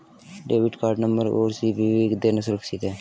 Debit card number और CVV देना सुरक्षित है?